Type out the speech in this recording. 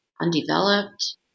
undeveloped